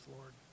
Lord